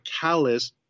callous